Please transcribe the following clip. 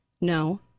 No